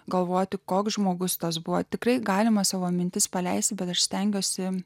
galvoti koks žmogus tas buvo tikrai galima savo mintis paleisiu bet aš stengiuosi